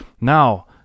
now